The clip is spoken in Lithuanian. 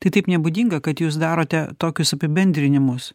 tai taip nebūdinga kad jūs darote tokius apibendrinimus